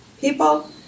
people